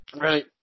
Right